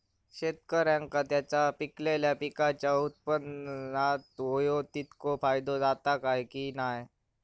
शेतकऱ्यांका त्यांचा पिकयलेल्या पीकांच्या उत्पन्नार होयो तितको फायदो जाता काय की नाय?